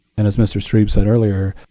and as mr. strebe said earlier,